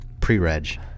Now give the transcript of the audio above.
pre-reg